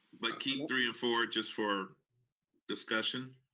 but keep three and four just for discussion?